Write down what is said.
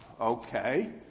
Okay